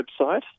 website